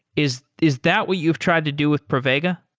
is is that what you've tried to do with pravega?